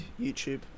YouTube